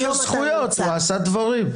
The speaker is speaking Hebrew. יש לו זכויות, הוא עשה דברים.